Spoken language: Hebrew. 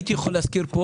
שהייתי יכול להזכיר פה